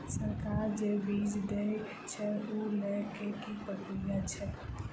सरकार जे बीज देय छै ओ लय केँ की प्रक्रिया छै?